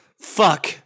fuck